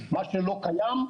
מה שלא קיים,